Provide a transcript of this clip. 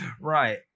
Right